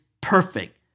perfect